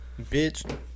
Bitch